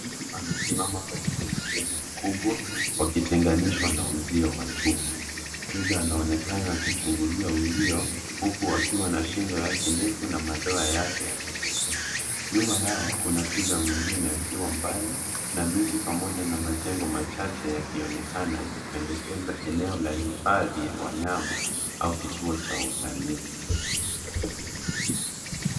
Mtu amesimama karibu na twiga mkubwa wakiteganishwa na uzio wa chuma. Twiga anaonekana akichungulia uzio huku akiwa na Shingo yake ndefu na madoa yake ya kipekee. Nyuma yao kuna twiga mwingine akiwa mbali na miti pamoja na majengo machache yakionekana ikipendekeza eneo la hifadhi ya wanyama au kituo cha utalii.